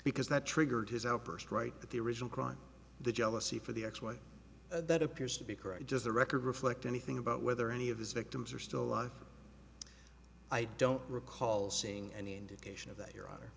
because that triggered his outburst right that the original crime the jealousy for the ex wife that appears to be correct just the record reflect anything about whether any of his victims are still alive i don't recall seeing any indication of that your hon